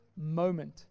moment